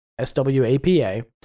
SWAPA